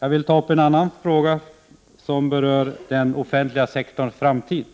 Jag vill ta upp en annan fråga som berör den offentliga sektorns framtid.